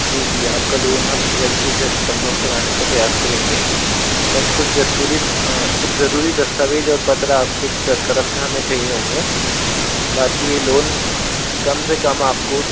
जी जी आपका लोन हम जल्द से जल्द संभव कराने का प्रयास करेंगे बस कुछ दस्तूरी कुछ ज़रूरी दस्तावेज़ पत्र आपकी तरफ से हमें चाहिए होंगे बाकी लोन कम से कम आपको